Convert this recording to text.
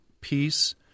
peace